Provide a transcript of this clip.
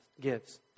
gives